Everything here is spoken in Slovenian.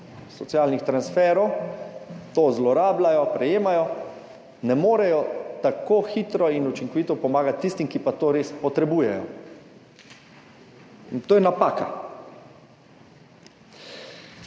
socialnih transferjev, to zlorabljajo, prejemajo, ne morejo tako hitro in učinkovito pomagati tistim, ki pa to res potrebujejo. In to je napaka.